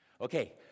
Okay